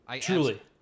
Truly